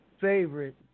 Favorite